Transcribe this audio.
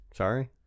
sorry